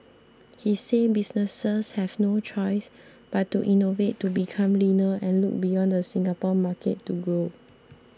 he said businesses have no choice but to innovate to become leaner and look beyond the Singapore market to grow